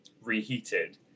reheated